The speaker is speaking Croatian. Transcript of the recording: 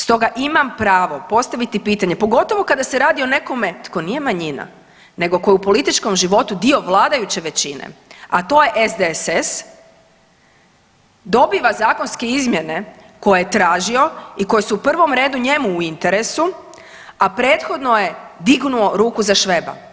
Stoga imam pravo postaviti pitanje pogotovo kada se radi o nekome tko nije manjina nego tko je u političkom životu dio vladajuće većine, a to je SDSS, dobiva zakonske izmjene koje je tražio i koje su u prvom redu njemu u interesu, a prethodno je dignuo ruku za Šveba.